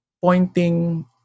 pointing